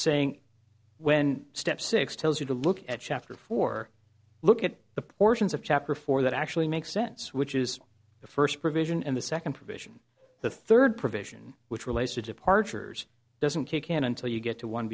saying when step six tells you to look at chapter four look at the portions of chapter four that actually makes sense which is the first provision in the second provision the third provision which relates to departures doesn't kick in until you get to